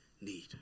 need